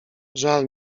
żal